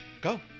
Go